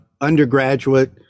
undergraduate